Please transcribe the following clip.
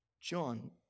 John